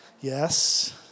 Yes